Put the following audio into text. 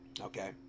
okay